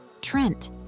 Trent